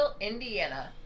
Indiana